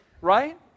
Right